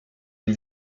une